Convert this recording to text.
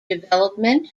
development